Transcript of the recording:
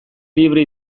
libre